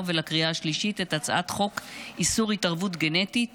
הנושא הבא על סדר-היום הצעת חוק איסור התערבות גנטית